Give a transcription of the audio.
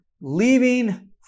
leaving